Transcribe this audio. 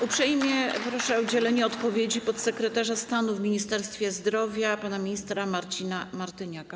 Uprzejmie proszę o udzielenie odpowiedzi podsekretarza stanu w Ministerstwie Zdrowia pana ministra Marcina Martyniaka.